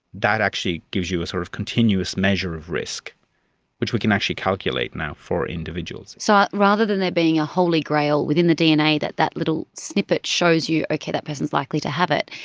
that actually gives you a sort of continuous measure of risk which we can actually calculate now for individuals. so rather than there being a holy grail within the dna that that little snippet shows you, okay, that person is likely to have it,